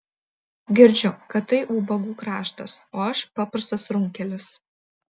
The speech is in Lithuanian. girdžiu kad tai ubagų kraštas o aš paprastas runkelis